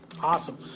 Awesome